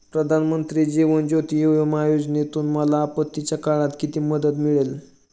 प्रधानमंत्री जीवन ज्योती विमा योजनेतून मला आपत्तीच्या काळात किती मदत मिळेल?